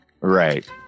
Right